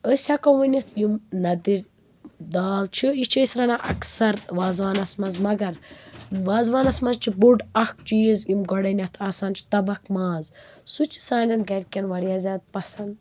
أسۍ ہٮ۪کو ؤنِتھ یِم نَدٕرۍ دال چھِ یہِ چھِ أسۍ رَنان اکثر وازوانس منٛز مگر وازوانس منٛز چھِ بوٚڈ اَکھ چیٖز یِم گۄڈٕنٮ۪تھ آسان چھِ تَبکھ ماز سُہ چھُ سانٮ۪ن گَرِکٮ۪ن واریاہ زیادٕ پسند